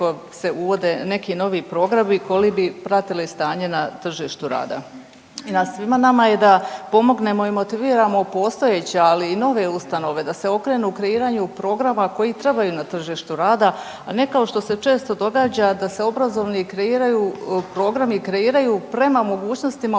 se uvode neki novi programe koji bi pratili stanje na tržištu rada. I na svima nama je da pomognemo i motiviramo postojeće ali i nove ustanove da se okrenu kreiranju programa koji trebaju na tržištu rada, a ne kao što se često događa da se obrazovni kreiraju, programi kreiraju prema mogućnostima